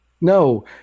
No